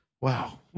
Wow